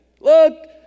Look